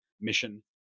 mission